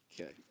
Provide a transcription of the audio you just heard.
Okay